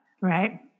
Right